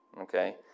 Okay